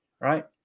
right